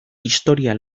historia